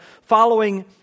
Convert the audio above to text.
following